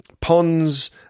ponds